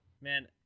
Man